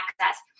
access